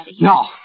No